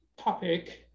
topic